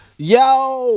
Yo